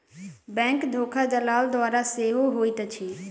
bank धोखा दलाल द्वारा सेहो होइत अछि